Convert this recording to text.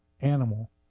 animal